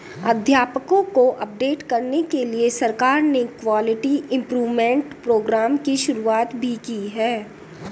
अध्यापकों को अपडेट करने के लिए सरकार ने क्वालिटी इम्प्रूव्मन्ट प्रोग्राम की शुरुआत भी की है